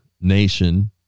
nation